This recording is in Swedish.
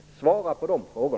Svara på dessa frågor.